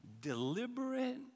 deliberate